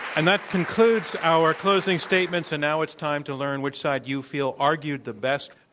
and that concludes our closing statements. and now it's time to learn which side you feel argued the best.